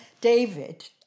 David